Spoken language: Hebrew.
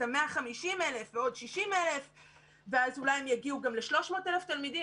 את ה-150,000 ועוד 60,000. ואז אולי הם יגיעו לגם ל-300,000 תלמידים.